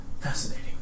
fascinating